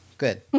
Good